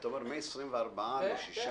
אתה אומר, מ-24 טון לשישה טון.